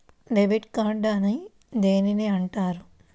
Debit card అని దేనిని అంటారు?